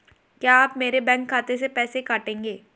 क्या आप मेरे बैंक खाते से पैसे काटेंगे?